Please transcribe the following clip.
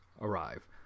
arrive